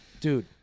dude